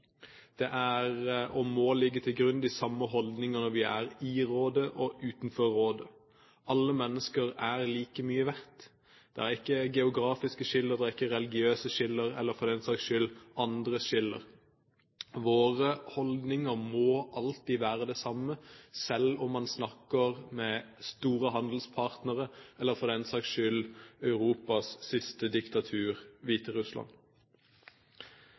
og når vi er utenfor rådet. Alle mennesker er like mye verdt. Det er ikke geografiske skiller, det er ikke religiøse skiller eller for den saks skyld andre skiller. Våre holdninger må alltid være de samme, om man snakker med store handelspartnere eller for den saks skyld Europas siste diktatur – Hviterussland.